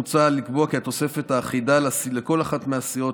מוצע לקבוע כי התוספת האחידה לכל אחת מהסיעות